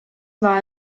war